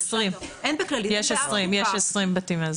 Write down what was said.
אין בכללית, אין באף קופה.